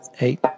eight